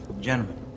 Gentlemen